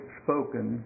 spoken